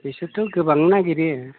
बिसोरथ' गोबां नागिरो